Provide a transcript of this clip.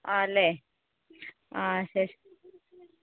ആണല്ലേ ആ